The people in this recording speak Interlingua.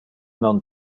non